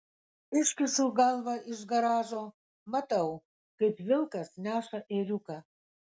iškišu galvą iš garažo matau kaip vilkas neša ėriuką